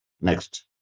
Next